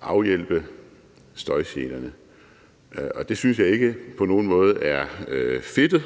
afhjælpe støjgenerne, og det synes jeg ikke på nogen måde er fedtet